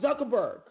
Zuckerberg